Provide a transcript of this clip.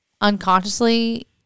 unconsciously